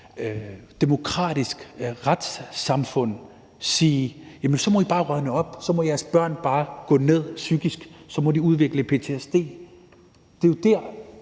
demokratisk retssamfund ikke kan sige: Så må I bare rådne op. Så må jeres børn bare gå ned psykisk. Så må de udvikle ptsd. Det er der,